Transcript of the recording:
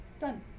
Done